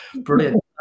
Brilliant